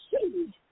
see